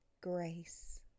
Grace